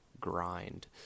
grind